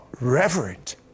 reverent